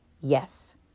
Yes